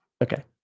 Okay